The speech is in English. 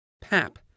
PAP